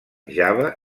java